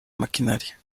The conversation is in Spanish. maquinaria